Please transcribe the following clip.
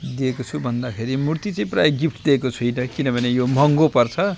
दिएको छु भन्दाखेरि मूर्ति चाहिँ प्राय गिफ्ट दिएको छुइनँ किनभने यो महँगो पर्छ